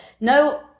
No